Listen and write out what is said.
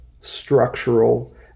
structural